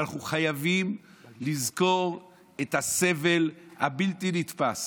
אבל אנחנו חייבים לזכור את הסבל הבלתי-נתפס